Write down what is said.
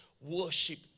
worship